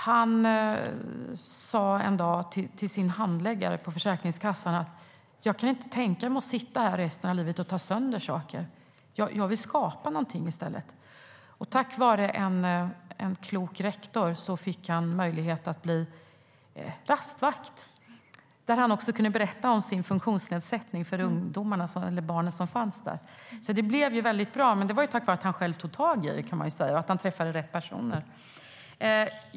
Han sa en dag till sin handläggare på Försäkringskassan att han inte kunde tänka sig att sitta resten av livet och ta sönder saker. Han vill i stället skapa något. Tack vare en klok rektor fick han möjlighet att bli rastvakt. Där kunde han också berätta om sin funktionsnedsättning för barnen. Det blev bra, men det var tack vare att han själv tog tag i frågan och träffade rätt personer.